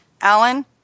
Alan